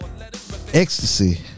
ecstasy